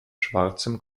schwarzem